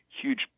huge